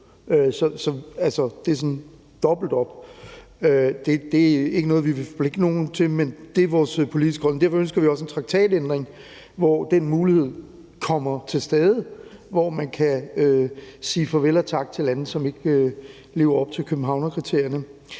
Det er jo ikke noget, vi vil forpligte nogen til, men det er vores politiske holdning, og derfor ønsker vi også en traktatændring, hvor den mulighed kommer til stede, hvor man kan sige farvel og tak til lande, som ikke lever op til Københavnerkriterierne.